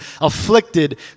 afflicted